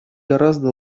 гораздо